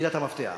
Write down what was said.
מילת המפתח.